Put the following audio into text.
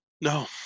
No